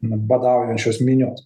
badaujančios minios